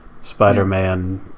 Spider-Man